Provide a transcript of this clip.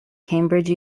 cambridge